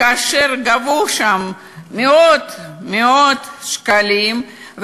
שגבו שם מאות מאות שקלים,